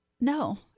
No